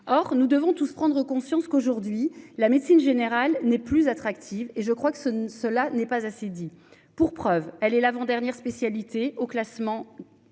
Or nous devons tous prendre conscience qu'aujourd'hui, la médecine générale n'est plus attractive et je crois que ce ne se là n'est pas assez dit. Pour preuve, elle est l'avant-. Dernière spécialité au classement